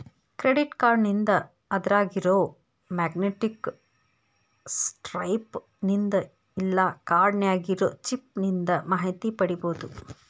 credit ಕಾರ್ಡ್ನಿಂದ ಅದ್ರಾಗಿರೊ magnetic stripe ನಿಂದ ಇಲ್ಲಾ ಕಾರ್ಡ್ ನ್ಯಾಗಿರೊ ಚಿಪ್ ನಿಂದ ಮಾಹಿತಿ ಪಡಿಬೋದು